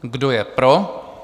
Kdo je pro?